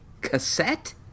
Cassette